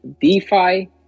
DeFi